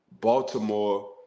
Baltimore